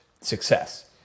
success